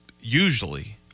usually